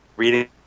reading